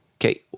Okay